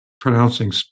pronouncing